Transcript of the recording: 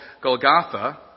Golgotha